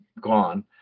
gone